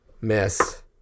Miss